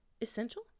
essential